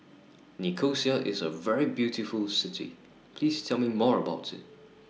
Nicosia IS A very beautiful City Please Tell Me More about IT